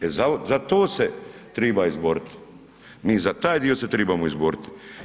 E za to se treba izboriti, mi za taj dio se trebamo izboriti.